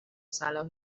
صلاح